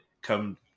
come